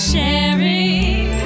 sharing